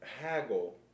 haggle